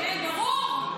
כן, ברור.